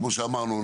כמו שאמרנו,